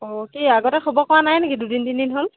অঁ কি আগতে খবৰ কৰা নাই নেকি দুদিন তিনিদিন হ'ল